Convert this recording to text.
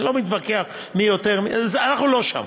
אני לא מתווכח מי יותר, אנחנו לא שם.